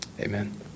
amen